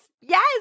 yes